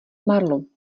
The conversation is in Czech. marlu